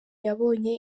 yabonye